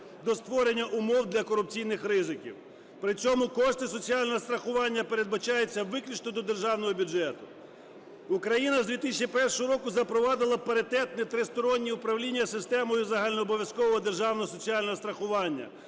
до створення умов до корупційних ризиків. При цьому кошти соціального страхування передбачаються виключно до державного бюджету. Україна з 2001 року запровадила паритетні тристоронні управління системою загальнообов'язкового державного соціального страхування,